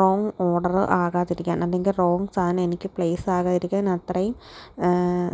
wrong order ആകാതിരിക്കാൻ അതിന്റെ wrong സാധനം എനിക്ക് പ്ലേസ് ആകാതിരിക്കാൻ അത്രയും